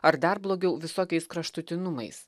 ar dar blogiau visokiais kraštutinumais